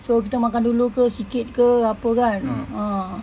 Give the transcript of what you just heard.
so kita makan dulu ke sikit ke apa kan ah